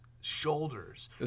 shoulders